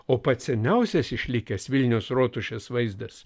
o pats seniausias išlikęs vilniaus rotušės vaizdas